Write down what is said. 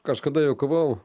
kažkada juokavau